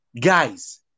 Guys